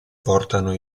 portano